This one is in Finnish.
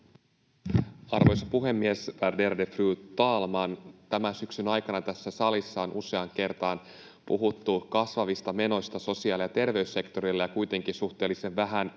Arvoisa puhemies, värderade fru talman! Tämän syksyn aikana tässä salissa on useaan kertaan puhuttu kasvavista menoista sosiaali- ja terveyssektorilla ja kuitenkin suhteellisen vähän